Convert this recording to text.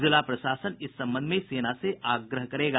जिला प्रशासन इस संबंध में सेना से आग्रह करेगी